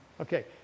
Okay